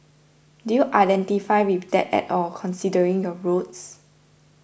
do you identify with that at all considering your roots